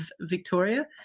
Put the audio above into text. Victoria